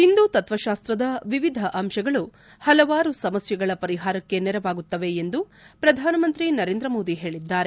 ಹಿಂದು ತತ್ವಶಾಸ್ತದ ವಿವಿಧ ಅಂಶಗಳು ಪಲವಾರು ಸಮಸ್ಥೆಗಳ ಪರಿಹಾರಕ್ಕೆ ನೆರವಾಗುತ್ತವೆ ಎಂದು ಪಧಾನಮಂತಿ ನರೇಂದ್ರ ಮೋದಿ ಹೇಳಿದ್ದಾರೆ